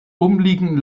umliegenden